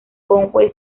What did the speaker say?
conway